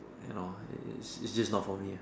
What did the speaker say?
you know it's it's just not for me lah